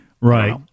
Right